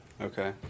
Okay